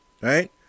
Right